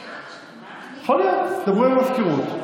יכול להיות, דברו עם המזכירות.